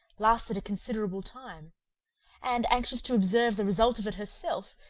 lasted a considerable time and anxious to observe the result of it herself,